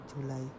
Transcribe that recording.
July